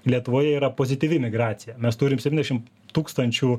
lietuvoje yra pozityvi migracija mes turim septyniasdešim tūkstančių